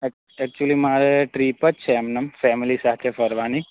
એક એકચ્યુલી મારે ટ્રીપ જ છે એમનેમ ફેમિલી સાથે ફરવાની